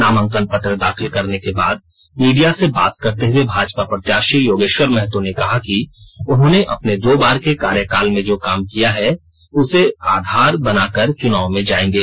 नामांकन पत्र दाखिल करने के बाद मीडिया से बात करते हुए भाजपा प्रत्याशी योगेश्वर महतो ने कहा कि उन्होंने अपने दो बार के कार्यकाल में जो काम किया है उसे आधार बनाकर चुनाव में जाएंगे